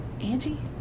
Angie